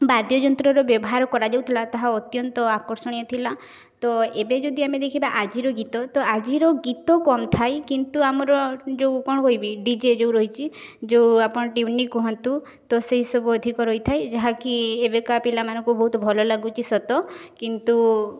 ବାଦ୍ୟ ଯନ୍ତ୍ରର ବ୍ୟବହାର କରାଯାଉଥିଲା ତାହା ଅତ୍ୟନ୍ତ ଆକର୍ଷଣୀୟ ଥିଲା ତ ଏବେ ଯଦି ଆମେ ଦେଖିବା ଆଜିର ଗୀତ ତ ଆଜିର ଗୀତ କମ୍ ଥାଏ କିନ୍ତୁ ଆମର ଯେଉଁ କ'ଣ କହିବି ଡି ଜେ ଯେଉଁ ରହିଛି ଯେଉଁ ଆପଣ ଟ୍ୟୁନିଂ କୁହନ୍ତୁ ତ ସେଇସବୁ ଅଧିକା ରହିଥାଏ ଯାହାକି ଏବେକା ପିଲାମାନଙ୍କୁ ବହୁତ ଭଲ ଲାଗୁଛି ସତ କିନ୍ତୁ